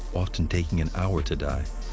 often taking an hour to die.